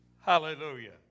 Hallelujah